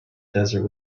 desert